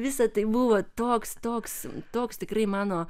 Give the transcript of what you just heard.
visa tai buvo toks toks toks tikrai mano